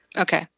Okay